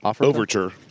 Overture